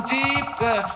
deeper